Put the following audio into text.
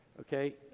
okay